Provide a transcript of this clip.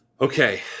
Okay